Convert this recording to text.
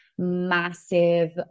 massive